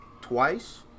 twice